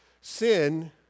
Sin